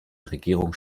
regierung